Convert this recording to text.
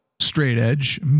straight-edge